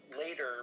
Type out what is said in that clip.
later